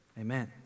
Amen